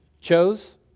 chose